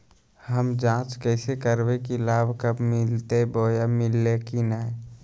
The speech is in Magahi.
हम जांच कैसे करबे की लाभ कब मिलते बोया मिल्ले की न?